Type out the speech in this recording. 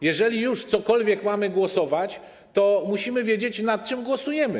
Jeżeli już nad czymkolwiek mamy głosować, to musimy wiedzieć, nad czym głosujemy.